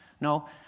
No